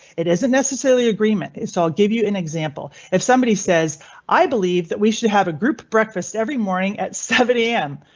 it isn't necessarily. agreement is. i'll give you an example. if somebody says i believe that we should have a group breakfast every morning at seven zero am.